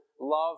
love